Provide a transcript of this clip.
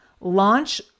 launch